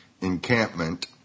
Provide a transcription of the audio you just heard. encampment